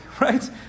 right